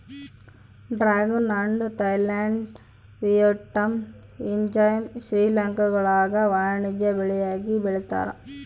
dragon ಹಣ್ಣು Thailand Vietnam Israel ಶ್ರೀಲಂಕಾಗುಳಾಗ ವಾಣಿಜ್ಯ ಬೆಳೆಯಾಗಿ ಬೆಳೀತಾರ